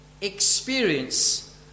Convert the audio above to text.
experience